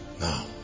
Now